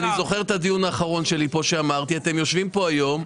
ואני זוכר את הדיון האחרון שלי כאן כשאמרתי: אתם יושבים כאן היום,